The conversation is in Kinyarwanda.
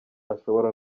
ashobora